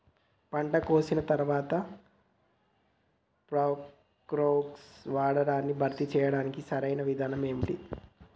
పంట కోసిన తర్వాత ప్రోక్లోరాక్స్ వాడకాన్ని భర్తీ చేయడానికి సరియైన విధానం ఏమిటి?